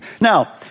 Now